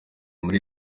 muri